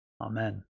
Amen